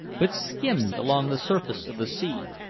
but skimmed along the surface of the sea.